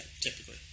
typically